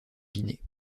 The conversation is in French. guinée